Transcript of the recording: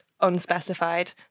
unspecified